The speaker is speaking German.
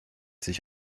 sich